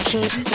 Keep